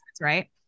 right